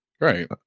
Right